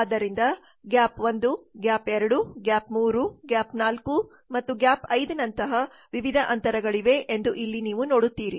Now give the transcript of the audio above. ಆದ್ದರಿಂದ gap 1 gap 2 gap 3 gap 4 ಮತ್ತು gap 5 ನಂತಹ ವಿವಿಧ ಅಂತರಗಳಿವೆ ಎಂದು ಇಲ್ಲಿ ನೀವು ನೋಡುತ್ತೀರಿ